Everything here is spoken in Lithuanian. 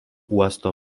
uosto